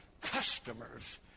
customers